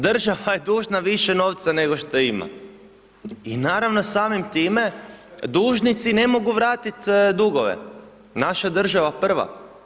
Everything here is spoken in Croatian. Država je dužna više novca nego što ima i naravno samim time dužnici ne mogu vratit dugove, naša država prva.